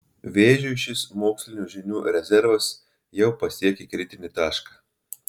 vėžiui šis mokslinių žinių rezervas jau pasiekė kritinį tašką